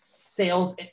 sales